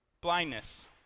Blindness